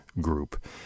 group